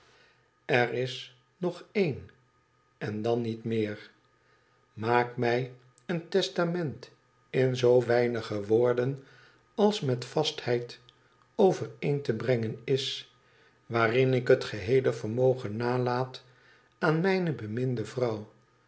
er nog een leris nog één en dan niet meer maak mij een testament inzoa weinige woorden als met eastheid overeen te brengen is waarin ik het geheele vermogen nalaat aan mijne beminde vrouw